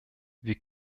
wir